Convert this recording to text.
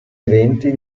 eventi